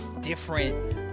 different